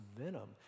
venom